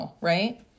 right